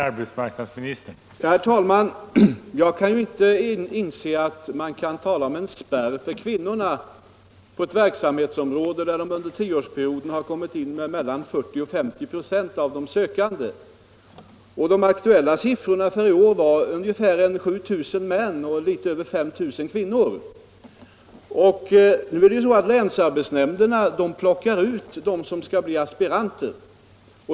Herr talman! Jag kan inte inse att man kan tala om en spärr för kvinnorna på ett verksamhetsområde där under tioårsperioden mellan 40 96 och 50 96 av de sökande varit kvinnor. Siffrorna för i år var ungefär 7000 män och litet över 5 000 kvinnor. Länsarbetsnämnderna plockar ut dem som skall bli aspiranter.